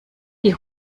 die